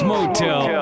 Motel